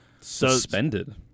suspended